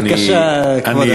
בבקשה, כבוד השר.